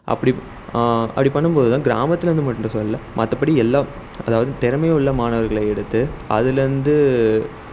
அப்படி அப்படி பண்ணும்போது தான் கிராமத்துலருந்து மட்டும் சொல்லலை மற்றப்படி எல்லா அதாவது திறமையுள்ள மாணவர்களை எடுத்து அதிலருந்து